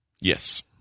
yes